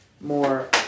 more